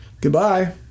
goodbye